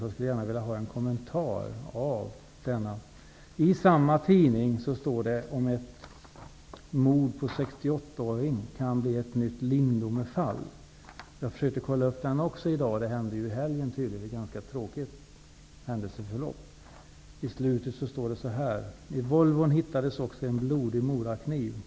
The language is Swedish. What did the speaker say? Jag skulle gärna vilja ha en kommentar till detta. I samma tidning står det att ett mord på en 68-åring kan bli ett nytt Lindomefall. Jag har försökt att kontrollera detta också i dag. Det hände ju tydligen i helgen. Det var ett ganska tråkigt händelseförlopp. I slutet på artikeln står det så här: ''I Volvon hittades också en blodig morakniv.